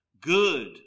good